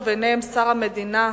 וביניהם שר המדינה,